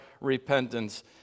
repentance